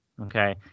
okay